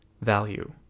value